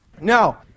Now